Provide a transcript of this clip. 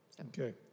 Okay